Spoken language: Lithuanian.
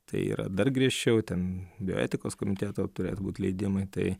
tai yra dar griežčiau ten bioetikos komiteto turėtų būt leidimai tai